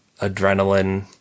adrenaline